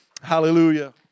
Hallelujah